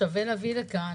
שווה להביא לכאן,